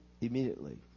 immediately